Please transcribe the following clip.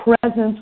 presence